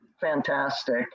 fantastic